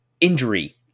injury